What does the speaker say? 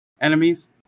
enemies